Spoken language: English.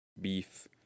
beef